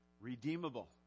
redeemable